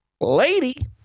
Lady